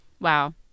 Wow